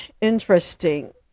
interesting